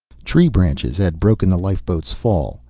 tree branches had broken the lifeboat's fall,